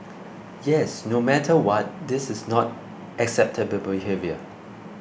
yes no matter what this is not acceptable behaviour